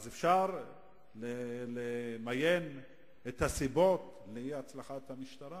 אז אפשר למיין את הסיבות לאי-הצלחת המשטרה.